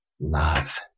love